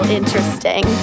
interesting